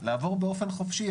לעבור באופן חופשי.